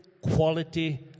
quality